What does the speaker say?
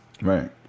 right